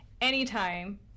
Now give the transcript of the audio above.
anytime